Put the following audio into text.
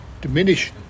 diminish